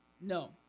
No